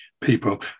people